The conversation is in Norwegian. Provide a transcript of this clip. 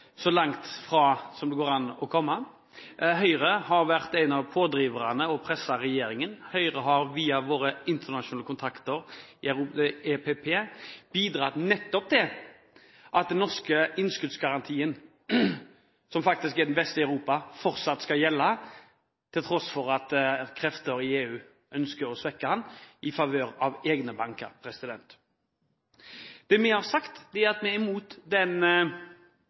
så langt fra saken som det går an å komme. Høyre har vært en av pådriverne og presset regjeringen, Høyre har via våre internasjonale kontakter i EPP bidratt til at den norske innskuddsgarantien – som faktisk er den beste i Europa – fortsatt skal gjelde, til tross for at krefter i EU ønsker å svekke den i favør av egne banker. Det vi har sagt, er at vi er imot den